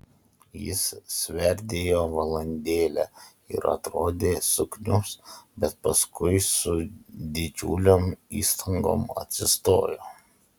jis sverdėjo valandėlę ir atrodė sukniubs bet paskui su didžiulėm įstangom atsistojo